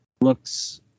looks